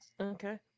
Okay